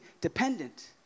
dependent